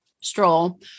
stroll